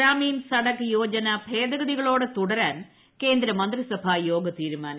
ഗ്രാമീൺ സഡക് യോജന ഭേദഗതികളോടെ തുടരാൻ കേന്ദ്രമന്ത്രിസഭാ യോഗ തീരുമാനം